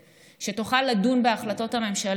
אז צריך להקים ועדת קורונה בכנסת שתוכל לדון בהחלטות הממשלה,